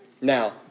Now